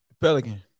Pelican